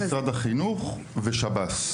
משרד החינוך ושב"ס.